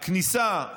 הכניסה,